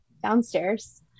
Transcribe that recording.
downstairs